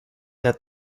that